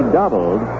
doubled